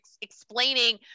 explaining